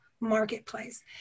Marketplace